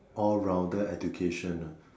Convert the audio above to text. all rounder education ah